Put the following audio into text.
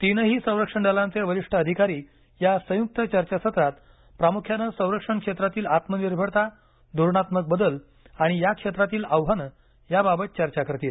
तीनही संरक्षण दलांचे वरिष्ठ अधिकारी या संयुक्त चर्चा सत्रात प्रामुख्यानं संरक्षण क्षेत्रातील आत्मनिर्भरता धोरणात्मक बदल आणि या क्षेत्रातील आव्हानं याबाबत चर्चा होणार आहे